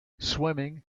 swimming